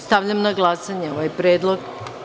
Stavljam na glasanje ovaj predlog.